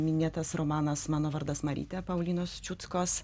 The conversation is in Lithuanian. minėtas romanas mano vardas marytė paulinos čiutskos